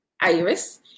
Iris